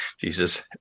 Jesus